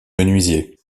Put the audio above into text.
menuisier